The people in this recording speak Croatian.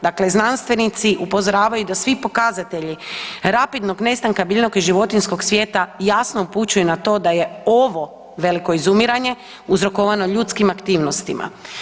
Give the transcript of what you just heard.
Dakle, znanstvenici upozoravaju da svi pokazatelji rapidnog nestanka biljnog i životinjskog svijeta jasno upućuju na to da je ovo veliko izumiranje uzrokovano ljudskim aktivnostima.